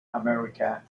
america